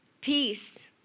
Peace